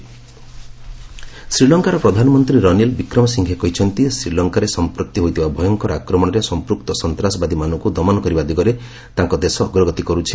SL PM ଇକ୍ଟରଭ୍ୟ ଶ୍ରୀଲଙ୍କାର ପ୍ରଧାନମନ୍ତ୍ରୀ ରନିଲ୍ ବିକ୍ରମସିଂଘେ କହିଛନ୍ତି ଶ୍ରୀଲଙ୍କାରେ ସଂପ୍ରତି ହୋଇଥିବା ଭୟଙ୍କର ଆକ୍ରମଣରେ ସଂପୃକ୍ତ ସନ୍ତାସବାଦୀମାନଙ୍କୁ ଦମନ କରିବା ଦିଗରେ ତାଙ୍କ ଦେଶ ଅଗ୍ରଗତି କରୁଛି